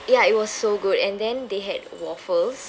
ya it was so good and then they had waffles